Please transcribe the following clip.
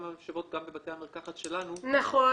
משאבות גם בבתי המרקחת שלנו -- נכון.